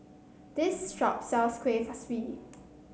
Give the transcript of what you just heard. this shop sells Kuih Kaswi